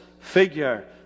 figure